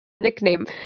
nickname